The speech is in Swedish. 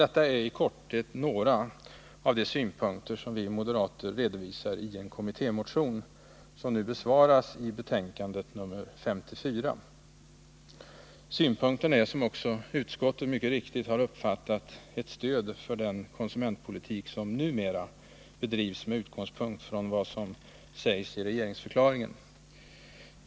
Detta är i korthet några av de synpunkter som vi moderater redovisar i en kommittémotion, som nu besvaras i betänkande nr 54. Synpunkterna är, som också utskottet mycket riktigt har uppfattat, ett stöd för den konsumentpolitik som numera bedrivs med utgångspunkt i vad som sägs i regeringsförklaringen.